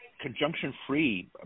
conjunction-free